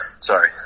Sorry